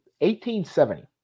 1870